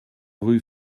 rue